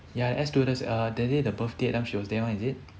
ya the air stewardess err that time the birthday that time she was there one is it